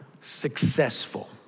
successful